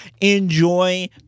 enjoy